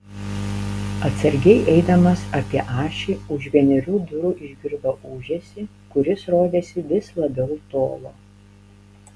atsargiai eidamas apie ašį už vienerių durų išgirdo ūžesį kuris rodėsi vis labiau tolo